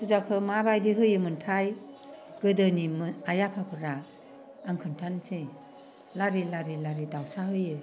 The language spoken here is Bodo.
फुजाखौ माबायदि होयोमोनथाय गोदोनि आइ आफाफोरा आं खिन्थानोसै लारि लारि लारि लारि दाउसा होयो